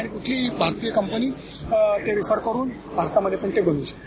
आणि कुठलीही भारतीय कंपनी ते रिसेट करून भारतामध्ये ही ते बनवू शकते